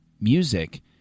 music